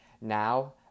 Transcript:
Now